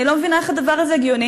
אני לא מבינה איך הדבר הזה הגיוני.